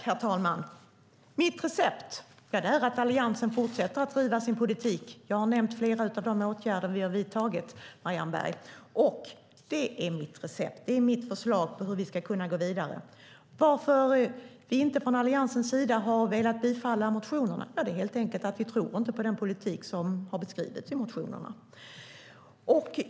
Herr talman! Mitt recept är att Alliansen fortsätter att driva sin politik. Jag har nämnt flera av de åtgärder som vi har vidtagit, Marianne Berg. Det är mitt recept och mitt förslag på hur vi ska kunna gå vidare. Varför vi från Alliansens sida inte har velat bifalla motionerna är helt enkelt att vi inte tror på den politik som har beskrivits i motionerna.